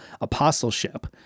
apostleship